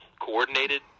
coordinated